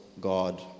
God